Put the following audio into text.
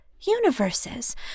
universes